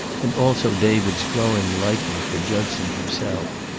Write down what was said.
and also david's growing liking for judson himself.